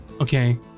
Okay